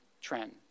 trend